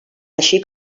així